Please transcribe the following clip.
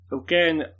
again